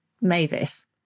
mavis